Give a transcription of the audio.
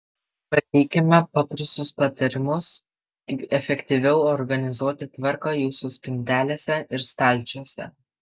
pateikiame paprastus patarimus kaip efektyviau organizuoti tvarką jūsų spintelėse ir stalčiuose